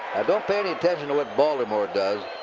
don't pay any attention to what baltimore does.